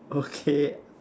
okay